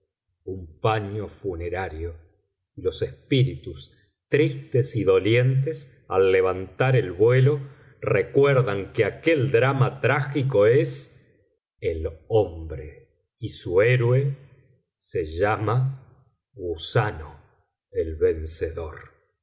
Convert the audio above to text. un paño funerario y los espíritus tristes y dolientes al levantar el vuelo recuerdan que aquel drama trágico es el hombre y su héroe se llama gusano el vencedor